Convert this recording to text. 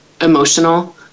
emotional